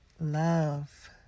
love